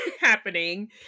happening